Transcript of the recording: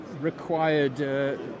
required